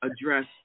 address